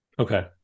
Okay